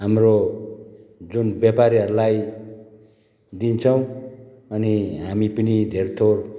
हाम्रो जुन व्यापारीहरूलाई दिन्छौँ अनि हामी पनि धेरथोर